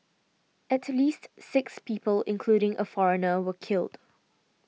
at least six people including a foreigner were killed